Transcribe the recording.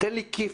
תן לי כיף,